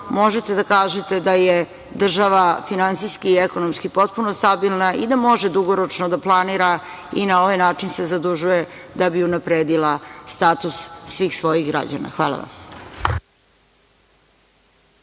možete da kažete da je država finansijski i ekonomski potpuno stabilna i da može dugoročno da planira i na ovaj način se zadužuje da bi unapredila status svih svojih građana. Hvala vam.